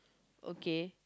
okay